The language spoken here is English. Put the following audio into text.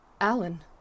Alan